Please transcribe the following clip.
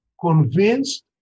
convinced